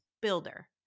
builder